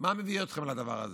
מה מביא אתכם לדבר הזה?